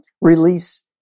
release